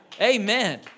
Amen